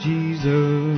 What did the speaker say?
Jesus